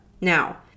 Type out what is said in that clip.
Now